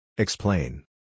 Explain